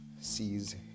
sees